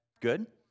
good